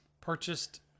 purchased